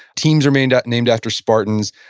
teams remained are named after spartans,